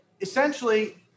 essentially